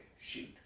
shoot